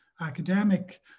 academic